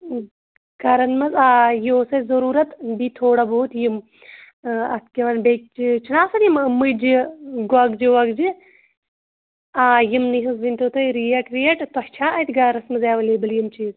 گرَن منٛز آ یہِ اوس اَسہِ ضُروٗرت بیٚیہِ تھوڑا بہت یِم اَتھ کیٛاہ وَنان بیٚکہِ چیٖز چھُنہ آسان یِم مُجہِ گۄگجہِ وۄگجہِ آ یِم نٕے ہِنزۍ ؤنتو تُہۍ ریٹ ویٹ تۄہہِ چھا اَتہِ گَرَس منٛز اویلیبل یِم چیٖز